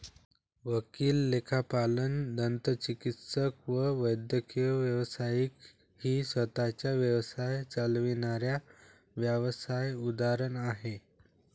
वकील, लेखापाल, दंतचिकित्सक व वैद्यकीय व्यावसायिक ही स्वतः चा व्यवसाय चालविणाऱ्या व्यावसाय उदाहरण आहे